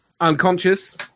unconscious